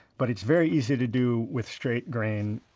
but it's very easy to do with straight grain.